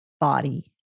body